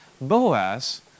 Boaz